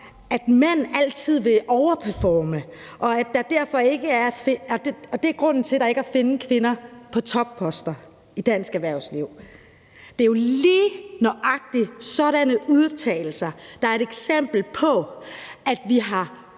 at mænd altid vil overperforme, og at det er grunden til, at kvinder ikke er at finde på topposter i dansk erhvervsliv. Nøjagtig sådanne udtalelser er et eksempel på, at vi har